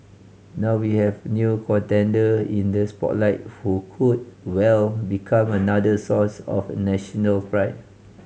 now we have new contender in the spotlight who could well become another source of national pride